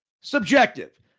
subjective